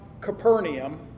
Capernaum